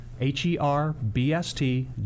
H-E-R-B-S-T